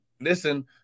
listen